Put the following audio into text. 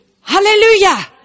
Hallelujah